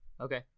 Okay